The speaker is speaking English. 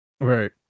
Right